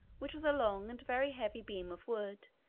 which was a long and very heavy beam of wood,